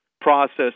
process